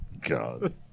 God